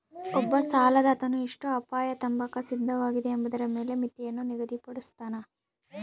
ಒಬ್ಬ ಸಾಲದಾತನು ಎಷ್ಟು ಅಪಾಯ ತಾಂಬಾಕ ಸಿದ್ಧವಾಗಿದೆ ಎಂಬುದರ ಮೇಲೆ ಮಿತಿಯನ್ನು ನಿಗದಿಪಡುಸ್ತನ